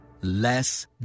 Less